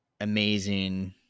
amazing